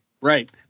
Right